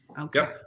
Okay